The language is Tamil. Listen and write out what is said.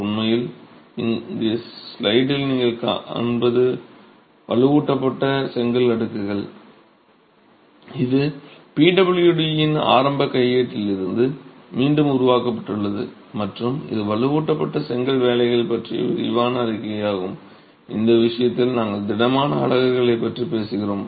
உண்மையில் இங்கே ஸ்லைடில் நீங்கள் பார்ப்பது வலுவூட்டப்பட்ட செங்கல் அடுக்குகள் இது PWD இன் ஆரம்ப கையேட்டில் இருந்து மீண்டும் உருவாக்கப்பட்டுள்ளது மற்றும் இது வலுவூட்டப்பட்ட செங்கல் வேலைகள் பற்றிய விரிவான அறிக்கையாகும் இந்த விஷயத்தில் நாங்கள் திடமான அலகுகளைப் பற்றி பேசுகிறோம்